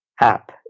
app